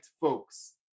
folks